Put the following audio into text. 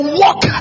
walk